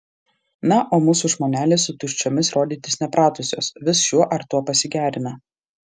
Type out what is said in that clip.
na o mūsų žmonelės su tuščiomis rodytis nepratusios vis šiuo ar tuo pasigerina